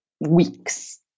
weeks